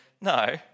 No